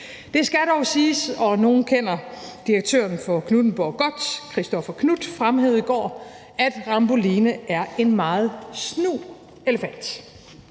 Det skal dog siges – og nogle kender direktøren for Knuthenborg godt – at Christoffer Knuth i går fremhævede, at Ramboline er en meget snu elefant.